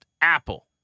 Apple